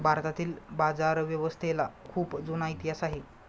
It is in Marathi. भारतातील बाजारव्यवस्थेला खूप जुना इतिहास आहे